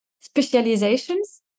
Specializations